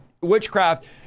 witchcraft